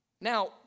Now